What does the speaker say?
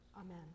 Amen